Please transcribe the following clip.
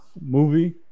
movie